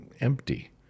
empty